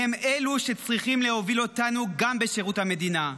והם אלו שצריכים להוביל אותנו גם בשירות המדינה.